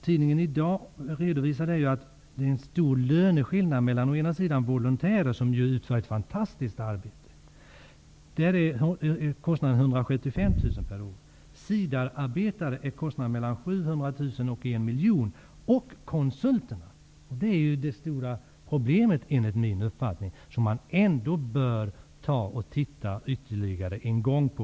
Tidningen IDAG redovisar att det är stor löneskillnad mellan å ena sidan volontärer, som utför ett fantastiskt arbete till en kostnad av 175 000 kr. per år, och å andra sidan SIDA-arbetare, som kostar mellan 700 000 och 1 miljon kronor. Konsulterna är enligt min uppfattning det stora problemet, som man bör titta ytterligare en gång på.